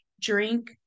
drink